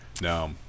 Now